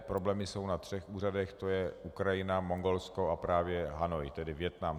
Problémy jsou na třech úřadech, to je Ukrajina, Mongolsko a právě Hanoj, tedy Vietnam.